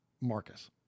Marcus